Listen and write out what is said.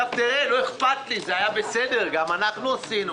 זה היה בסדר גם אנחנו עשינו,